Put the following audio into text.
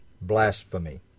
blasphemy